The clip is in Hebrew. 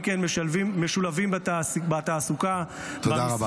משולבים בתעסוקה -- תודה רבה.